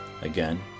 Again